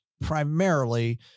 primarily